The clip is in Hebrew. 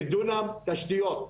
לדונם תשתיות.